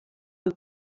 have